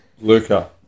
Luca